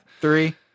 Three